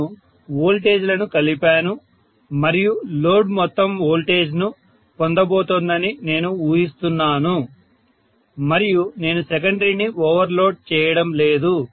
నేను వోల్టేజ్లను కలిపాను మరియు లోడ్ మొత్తం వోల్టేజ్ ను పొందబోతోందని నేను ఊహిస్తున్నాను మరియు నేను సెకండరీని ఓవర్లోడ్ చేయడం లేదు